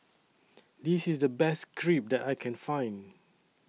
This IS The Best Crepe that I Can Find